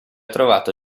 trovato